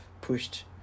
pushed